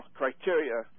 criteria